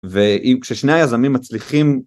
וכששני היזמים מצליחים